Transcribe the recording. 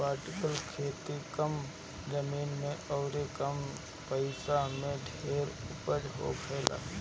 vertical खेती कम जमीन अउरी कम पइसा में ढेर उपज होखेला